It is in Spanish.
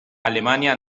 alemania